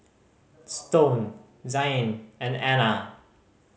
Stone Zain and Anna